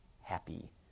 happy